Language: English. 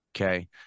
okay